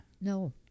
No